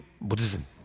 Buddhism